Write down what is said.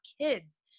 kids